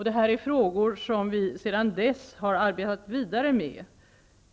Det här är frågor som vi sedan dess har arbetat vidare med.